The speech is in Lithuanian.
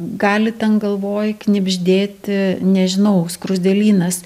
gali ten galvoj knibždėti nežinau skruzdėlynas